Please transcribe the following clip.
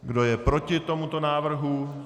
Kdo je proti tomuto návrhu?